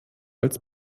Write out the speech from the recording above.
als